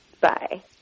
Bye